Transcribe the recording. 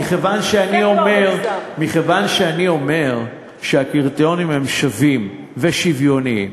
מכיוון שאני אומר שהקריטריונים הם שווים ושוויוניים,